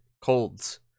colds